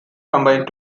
combine